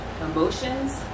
emotions